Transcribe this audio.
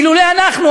אילולא אנחנו,